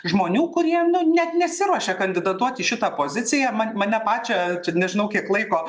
žmonių kurie net nesiruošia kandidatuoti į šitą poziciją man mane pačią nežinau kiek laiko